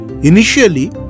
Initially